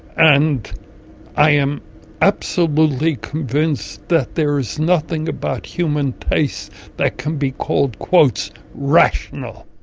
and i am absolutely convinced that there is nothing about human taste that can be called, quote, rational.